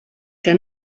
que